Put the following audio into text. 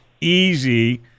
easy